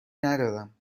ندارم